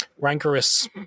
rancorous